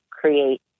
create